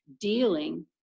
dealing